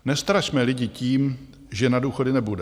Nestrašme lidi tím, že na důchody nebude.